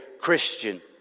Christian